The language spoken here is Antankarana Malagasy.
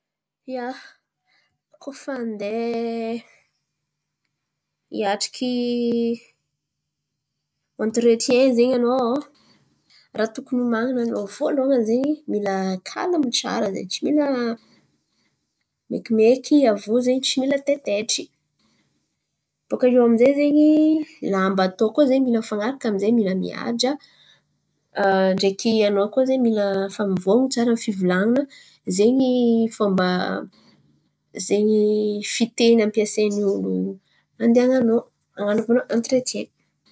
Ia, koa fa handeha hiatriky antiretiain zen̈y anao. Raha tokony oman̈ananao voalohany zen̈y mila kalma tsara zegny tsy mila mekimeky aviô zen̈y tsy mila taitaitry. Bôka iô amy zay zen̈y lamba atao koa zen̈y mila mifan̈araka amy zay mila mihaja ndreky anao koa zen̈y. Mila fa mivôn̈ono tsara amy fivolan̈ana. Zen̈y fômba zen̈y fiteny ampiasain'olo handin̈anao han̈anaovana antiretiain.